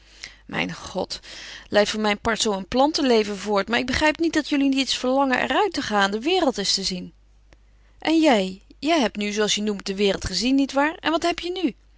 mijn god leidt voor mijn part zoo een plantenleven voort maar ik begrijp niet dat jullie niet eens verlangen er uit te gaan de wereld eens te zien en jij jij hebt nu zooals je het noemt de wereld gezien nietwaar en wat heb je nu